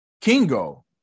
Kingo